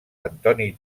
antoni